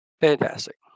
fantastic